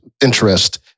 interest